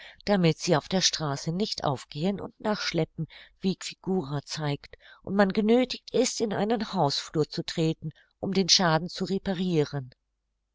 damit sie auf der straße nicht aufgehen und nachschleppen wie figura zeigt und man genöthigt ist in einen hausflur zu treten um den schaden zu repariren